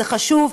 זה חשוב.